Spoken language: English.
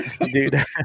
Dude